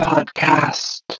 Podcast